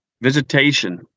Visitation